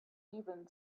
even